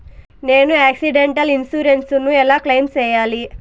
నేను accidental insurance ను ఎలా క్లెయిమ్ సేయాలి?